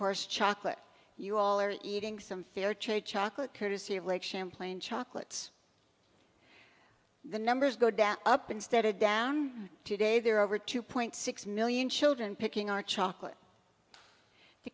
course chocolate you all are eating some fair trade chocolate courtesy of lake champlain chocolates the numbers go down up instead of down today there are over two point six million children picking our chocolate the